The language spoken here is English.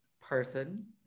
person